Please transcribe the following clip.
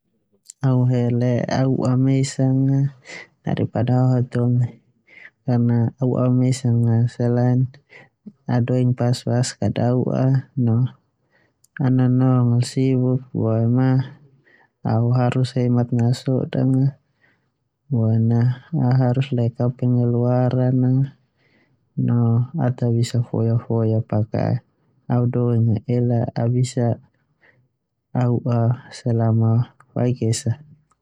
Au hele au ua mesang a dari pad u'a o hataholi, au ua mesang selain au doing a pas pas au ua'a no au nanong a sibuk boema au harus hemat neu au sodang boema au harus leke au pengeluaran boema aubta bisa foya foya ho au bisa u'a selama faik esa.